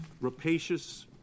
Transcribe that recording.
rapacious